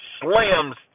slams